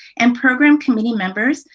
and program committee members,